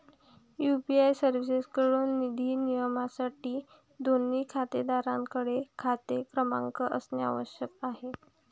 UPI सर्व्हिसेसएकडून निधी नियमनासाठी, दोन्ही खातेधारकांकडे खाता क्रमांक असणे आवश्यक आहे